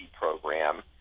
program